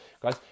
Guys